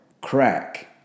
crack